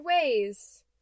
ways